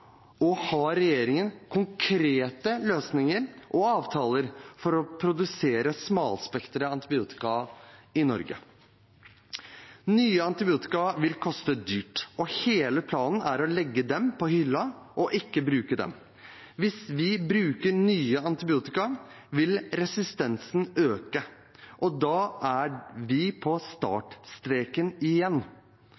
og har regjeringen konkrete løsninger og avtaler for å produsere smalspektret antibiotika i Norge? Nye antibiotika vil koste dyrt, og hele planen er å legge dem på hylla og ikke bruke dem. Hvis vi bruker nye antibiotika, vil resistensen øke, og da er vi på